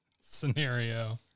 scenario